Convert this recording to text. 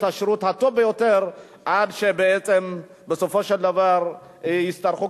השירות הטוב ביותר עד שבעצם בסופו של דבר יצטרכו.